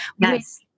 Yes